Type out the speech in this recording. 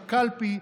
בקלפי,